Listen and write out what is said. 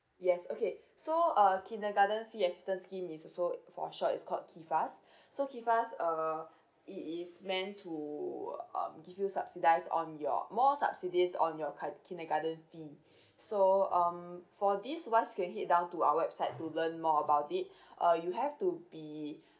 yes okay so uh kindergarten fee assistance scheme is also for short is called KiFAS so KiFAS uh it is meant to um give you subsidise on your more subsidies on your ka~ kindergarten fee so um for this wise your can head down to our website to learn more about it uh you have to be